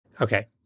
Okay